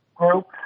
group